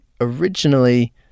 originally